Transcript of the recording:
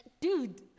dude